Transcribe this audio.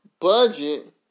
budget